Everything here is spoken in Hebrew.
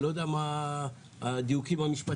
אני לא יודע מה הדיוקים המשפטיים.